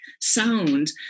sound